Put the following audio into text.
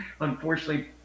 unfortunately